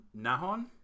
Nahon